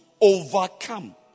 overcome